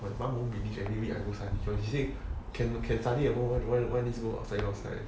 my mum won't believe every week I go study one she said can can can study at home why why need to go outside